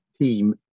team